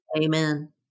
amen